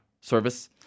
service